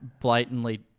blatantly